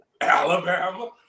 Alabama